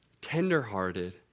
tenderhearted